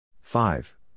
five